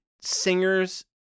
singer's